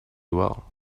well